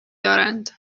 دارند